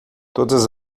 todas